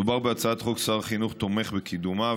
מדובר בהצעת חוק ששר החינוך תומך בקידומה,